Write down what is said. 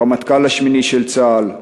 הרמטכ"ל השמיני של צה"ל,